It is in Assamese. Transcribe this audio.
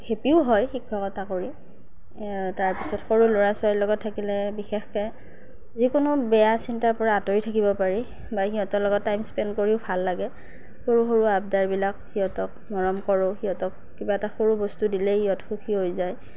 হেপীও হয় শিক্ষকতা কৰি তাৰপিছত সৰু ল'ৰা ছোৱালীৰ লগত থাকিলে বিশেষকৈ যিকোনো বেয়া চিন্তাৰ পৰা আঁতৰি থাকিব পাৰি বা সিহঁতৰ লগত টাইম স্পেণ্ড কৰিও ভাল লাগে সৰু সৰু আড্ডাবিলাক সিহঁতক মৰম কৰোঁ সিহঁতক কিবা এটা সৰু বস্তু দিলেই সিহঁত সুখী হৈ যায়